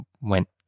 went